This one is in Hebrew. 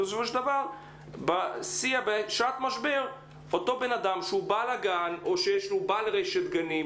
ובסופו של דבר בשעת משבר אותו אדם שהוא בעל הגן או שהוא בעל רשת גנים,